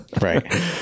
Right